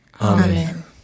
Amen